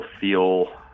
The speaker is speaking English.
feel